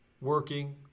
working